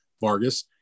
Vargas